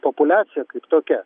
populiacija kaip tokia